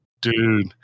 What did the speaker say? dude